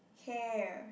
hair